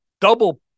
double